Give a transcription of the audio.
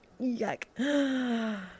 Yuck